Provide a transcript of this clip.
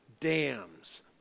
Dams